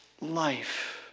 life